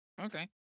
okay